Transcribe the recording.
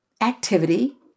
activity